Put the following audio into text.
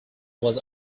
was